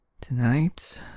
tonight